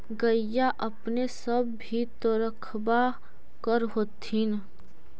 गईया अपने सब भी तो रखबा कर होत्थिन?